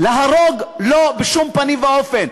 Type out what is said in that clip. להרוג, לא, בשום פנים ואופן.